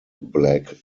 black